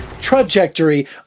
trajectory